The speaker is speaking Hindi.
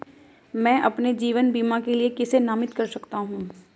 मैं अपने जीवन बीमा के लिए किसे नामित कर सकता हूं?